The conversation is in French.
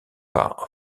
par